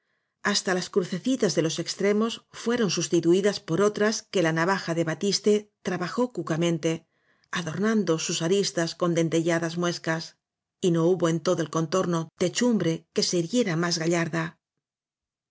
hasta las crucecitas de los extremos fueron sus tituidas por otras que la navaja de batiste trabajó cucamente adornando sus aristas con dentelladas muescas y no hubo en todo el con torno techumbre que se irguiera más gallarda